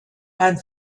and